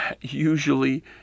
usually